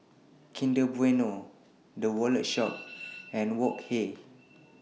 Kinder Bueno The Wallet Shop and Wok Hey